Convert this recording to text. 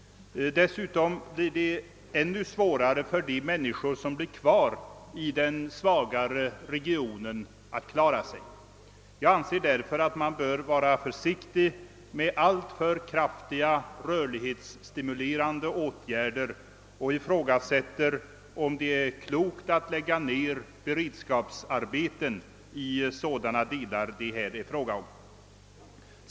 Dessutom blir det ännu svårare för de människor som blir kvar i den svagare regionen att klara sig. Jag anser därför att man bör vara försiktig med alltför kraftiga rörlighetsstimulerande åtgärder och ifrågasätter om det är klokt att lägga ned beredskapsarbeten i sådana delar som det här är fråga om.